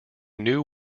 knew